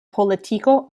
politiko